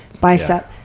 Bicep